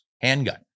handgun